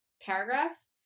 paragraphs